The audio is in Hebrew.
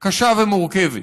קשה ומורכבת.